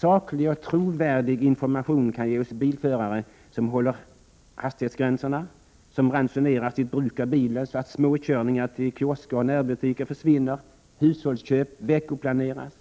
Saklig och trovärdig information kan ge oss bilförare som håller hastighetsgränserna, som ransonerar sitt bruk av bilen så att småkörningar till kiosker och närbutiker försvinner och hushållsköp veckoplaneras.